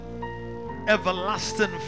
Everlasting